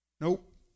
Nope